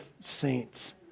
saints